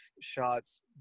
shots